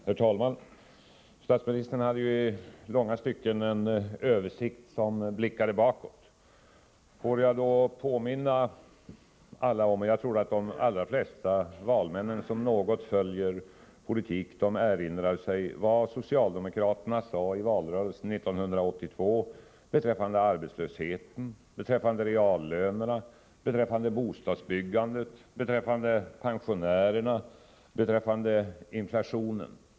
Herr talman! Statsministerns anförande innehöll i långa stycken en översikt som blickade bakåt. Jag tror att de allra flesta valmän som något följer politik erinrar sig vad socialdemokraterna sade i valrörelsen 1982 beträffande arbetslösheten, reallönerna, bostadsbyggandet, pensionärerna och inflationen.